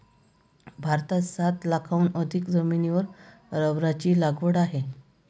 भारतात सात लाखांहून अधिक जमिनीवर रबराची लागवड आहे